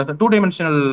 two-dimensional